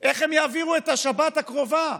איך הם יעבירו את השבת הקרובה.